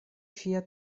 ŝia